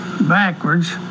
backwards